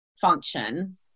function